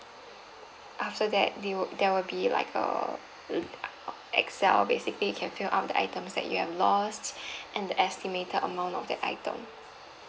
after that they would there will be like err uh ah uh excel basically you can fill up the items that you have lost and the estimated amount of that item